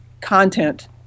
content